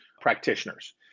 practitioners